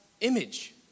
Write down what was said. image